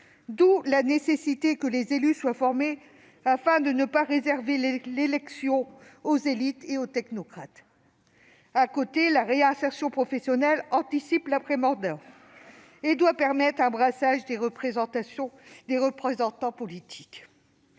d'où la nécessité que les élus soient formés afin de ne pas réserver l'élection aux « élites » et aux technocrates. Parallèlement, la réinsertion professionnelle anticipe l'après-mandat et doit permettre un brassage des représentants politiques.